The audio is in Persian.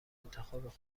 انتخاب